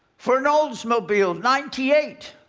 for an oldsmobile ninety eight,